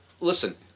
listen